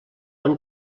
han